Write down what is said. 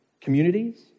communities